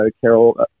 Carol